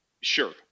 sure